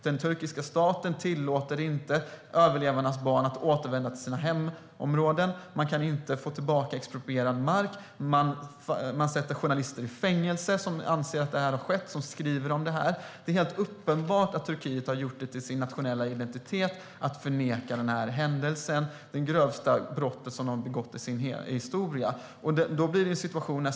Överlevarnas barn tillåts inte att återvända till sina hemområden. Man kan inte få tillbaka exproprierad mark. Journalister som anser att folkmordet har skett och skriver om det sätts i fängelse. Det är helt uppenbart att Turkiet har gjort till sin nationella identitet att förneka denna händelse - det grövsta brott landet begått i sin historia.